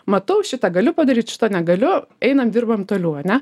matau šitą galiu padaryt šito negaliu einam dirbam toliau ane